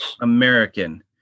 American